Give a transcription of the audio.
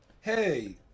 hey